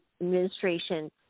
administration